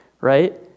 right